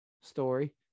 story